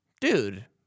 dude